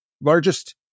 largest